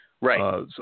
Right